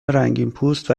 رنگینپوست